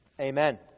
amen